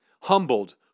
humbled